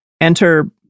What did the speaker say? enter